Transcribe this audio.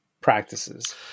practices